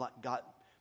got